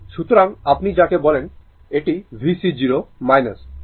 সুতরাং আপনি যাকে বলেন এটি vc 0